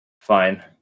fine